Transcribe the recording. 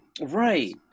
right